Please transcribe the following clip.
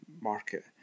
market